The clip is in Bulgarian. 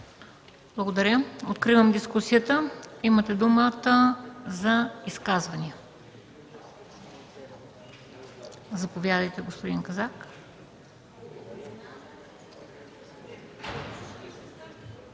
Благодаря. Откривам дискусията. Имате думата за изказвания. Заповядайте, господин Казак.